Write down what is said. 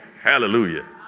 Hallelujah